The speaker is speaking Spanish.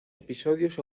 episodios